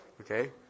Okay